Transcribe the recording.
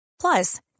Plus